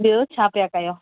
ॿियो छा पिया कयो